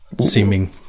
seeming